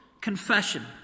confession